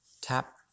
Tap